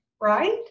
right